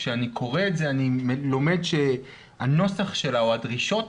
כשאני קורא את זה אני לומד שהנוסח שלה או הדרישות